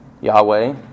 Yahweh